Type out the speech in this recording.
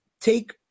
take